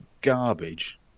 garbage